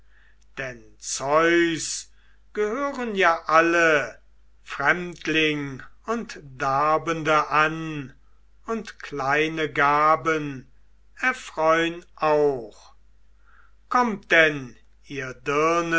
denn zeus gehören ja alle fremdling und darbende an und kleine gaben erfreun auch kommt denn ihr